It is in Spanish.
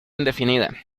indefinida